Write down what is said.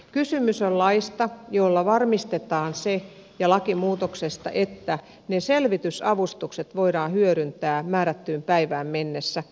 kysymys on laista ja lakimuutoksesta jolla varmistetaan se että ne selvitysavustukset voidaan hyödyntää määrättyyn päivään mennessä